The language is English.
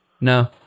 No